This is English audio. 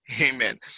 Amen